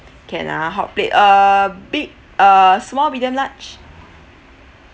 can ah hot plate uh big uh small medium large